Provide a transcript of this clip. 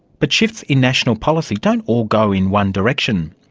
but shifts in national policy don't all go in one direction.